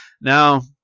now